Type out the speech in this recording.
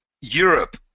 Europe